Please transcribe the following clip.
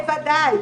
בוודאי.